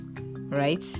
right